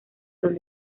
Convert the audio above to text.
son